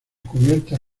cubiertas